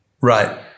Right